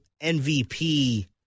MVP